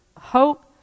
hope